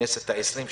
בכנסת העשרים,